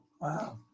Wow